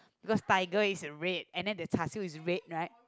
because tiger is the red and then the char-siew is red right